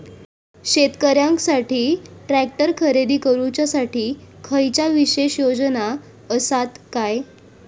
शेतकऱ्यांकसाठी ट्रॅक्टर खरेदी करुच्या साठी खयच्या विशेष योजना असात काय?